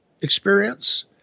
experience